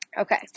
Okay